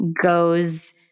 goes